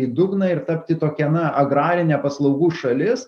į dugną ir tapti tokia na agrarinė paslaugų šalis